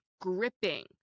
gripping